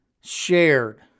shared